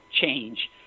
change